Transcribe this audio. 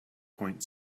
point